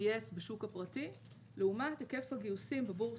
גייס בשוק הפרטי לעומת היקף הגיוסים בבורסה.